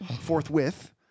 forthwith